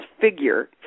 figure